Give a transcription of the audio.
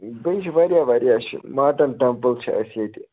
بیٚیہِ چھِ واریاہ واریاہ چھِ مارٹَن ٹیمپُل چھِ اَسہِ ییٚتہِ